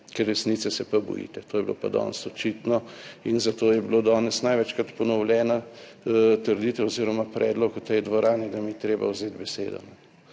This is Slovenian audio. ker resnice se pa bojite, to je bilo pa danes očitno in zato je bilo danes največkrat ponovljena trditev oziroma predlog v tej dvorani, da mi je treba vzeti besedo.